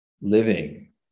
living